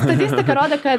statistika rodo ka